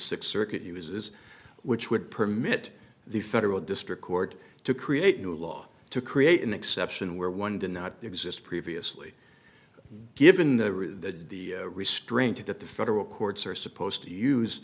six circuit uses which would permit the federal district court to create a new law to create an exception where one did not exist previously given the restraint that the federal courts are supposed to use